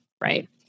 right